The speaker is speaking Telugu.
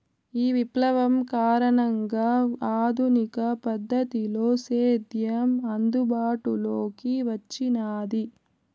ఈ విప్లవం కారణంగా ఆధునిక పద్ధతిలో సేద్యం అందుబాటులోకి వచ్చినాది